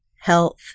health